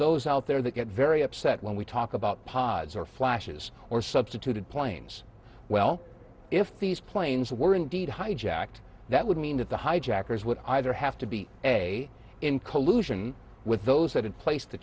those out there that get very upset when we talk about pods or flashes or substituted planes well if these planes were indeed hijacked that would mean that the hijackers would either have to be a in collusion with those that had placed the